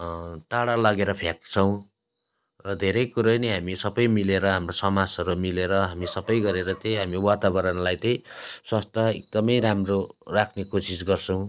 टाढा लगेर फ्याँक्छौँ र धेरै कुरो नै हामी सबै मिलेर हाम्रो समाजहरू मिलेर हामी सबै गरेर त्यही हामी वातावरणलाई त्यही स्वस्थ एकदमै राम्रो राख्ने कोसिस गर्छौँ